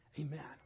Amen